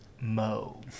mo